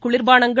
குளிர்பானங்கள்